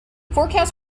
forecast